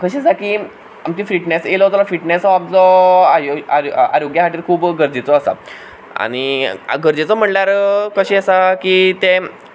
तशें सारकी आमचो फिटनस येलो जाल्यार फिटनसाक आमचो आरोग्या खातीर खूब गरजेचो आसा आनी गरजेचो म्हणल्यार कशें आसा की तें